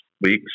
weeks